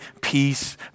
peace